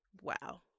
Wow